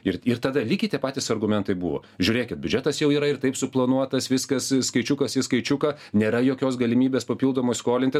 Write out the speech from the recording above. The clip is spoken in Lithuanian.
ir ti tada lygiai tie patys argumentai buvo žiūrėkit biudžetas jau yra ir taip suplanuotas viskas skaičiukas į skaičiuką nėra jokios galimybės papildomai skolintis